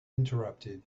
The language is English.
interrupted